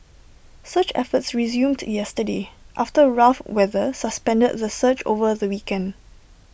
search efforts resumed yesterday after rough weather suspended the search over the weekend